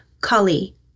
Kali